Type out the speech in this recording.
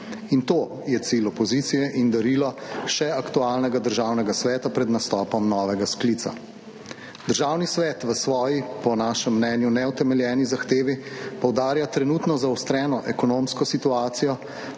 in to je cilj opozicije in darilo še aktualnega Državnega sveta pred nastopom novega sklica. Državni svet v svoji, po našem mnenju neutemeljeni zahtevi, poudarja trenutno zaostreno ekonomsko situacijo,